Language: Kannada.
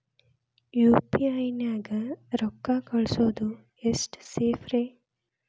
ಯು.ಪಿ.ಐ ನ್ಯಾಗ ರೊಕ್ಕ ಕಳಿಸೋದು ಎಷ್ಟ ಸೇಫ್ ರೇ?